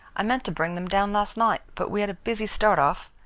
i meant to bring them down last night but we had a busy start off.